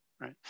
right